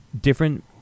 different